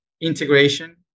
integration